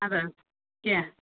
اَدٕ حظ کینٛہہ